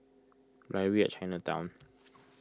Library at Chinatown